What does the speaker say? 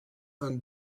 and